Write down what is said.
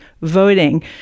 voting